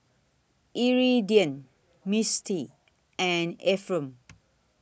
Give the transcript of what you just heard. Iridian Mistie and Ephram